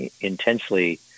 intensely